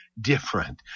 different